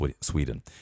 Sweden